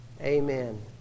Amen